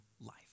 life